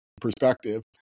perspective